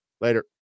Later